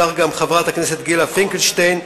כך גם חברת הכנסת גילה פינקלשטיין,